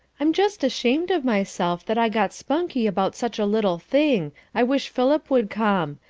i'm just ashamed of myself that i got spunky about such a little thing, i wish philip would come.